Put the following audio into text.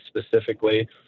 specifically